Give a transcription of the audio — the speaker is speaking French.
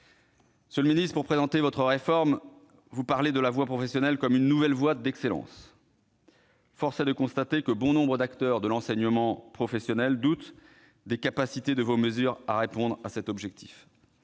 Monsieur le ministre, pour présenter votre réforme, vous parlez de la voie professionnelle comme d'une « nouvelle voie vers l'excellence ». Force est de constater que bon nombre d'acteurs de l'enseignement professionnel doutent des capacités de vos mesures à répondre à cet objectif.